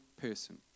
person